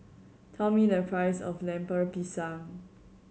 tell me the price of Lemper Pisang